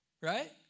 Right